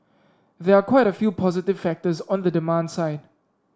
there are quite a few positive factors on the demand side